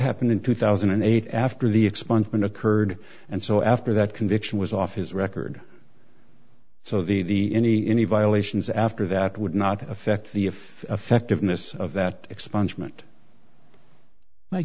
happened in two thousand and eight after the expungement occurred and so after that conviction was off his record so the any any violations after that would not affect the if effect of